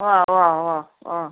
ഓ ഓ ഓ ഓ